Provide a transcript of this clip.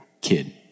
kid